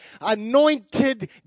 anointed